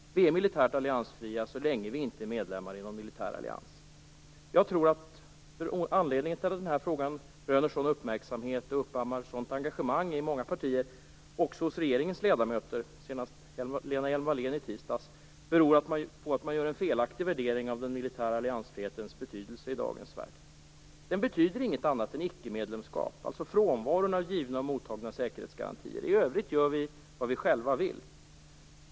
Vi är militärt alliansfria så länge vi inte är medlemmar i någon militär allians. Jag tror att anledningen till att den här frågan röner sådan uppmärksamhet och uppammar sådant engagemang i många partier och även hos regeringen - senast hos Lena Hjelm-Wallén i tisdags - är att man gör en felaktig värdering av den militära alliansfrihetens betydelse i dagens värld. Den betyder inget annat än icke-medlemskap, alltså frånvaro av givna och mottagna säkerhetsgarantier. I övrigt gör vi vad vi själva vill.